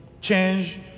change